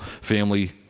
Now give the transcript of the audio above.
family